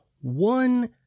one